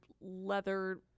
leather